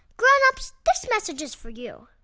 grown-ups, this message is for you